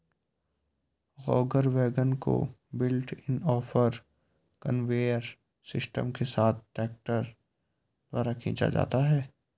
auger wagon को built in auger conveyor system के साथ ट्रैक्टर द्वारा खींचा जाता है